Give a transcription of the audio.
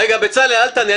רגע, בצלאל, אל תענה.